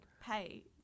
pay